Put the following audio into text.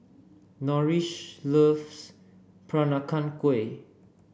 Norris loves Peranakan Kueh